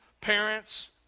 parents